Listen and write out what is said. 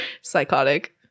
Psychotic